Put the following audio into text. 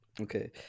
Okay